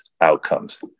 outcomes